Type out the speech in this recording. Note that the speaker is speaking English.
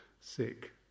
sick